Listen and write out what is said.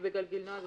ובגלגינוע זה